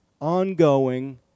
ongoing